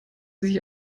sich